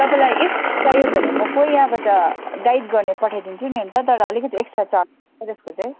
तपाईँलाई इफ चाहियो भने म कोही यहाँबाट गाइड गर्ने पठाइदिन्छु नि अन्त तर अलिकति एक्सट्रा चार्ज जसको चाहिँ